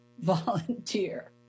Volunteer